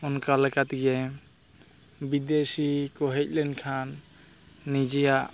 ᱚᱱᱠᱟ ᱞᱮᱠᱟᱛᱮᱜᱮ ᱵᱤᱫᱮᱥᱤᱠᱚ ᱦᱮᱡᱞᱮᱱ ᱠᱷᱟᱱ ᱱᱤᱡᱮᱭᱟᱜ